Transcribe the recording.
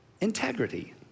integrity